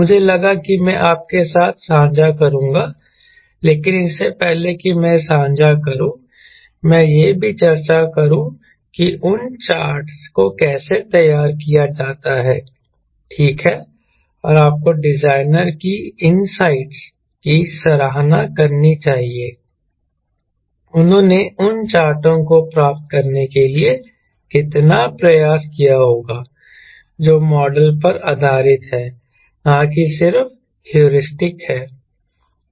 मुझे लगा कि मैं आपके साथ साझा करूंगा लेकिन इससे पहले कि मैं साझा करूं मैं यह भी चर्चा करूं कि उन चार्टों को कैसे तैयार किया जाता है ठीक है और आपको डिजाइनर की इनसाइटस की सराहना करनी चाहिए उन्होंने उन चार्टों को प्राप्त करने के लिए कितना प्रयास किया होगा जो मॉडल पर आधारित है न कि सिर्फ हेयुरिस्टिक है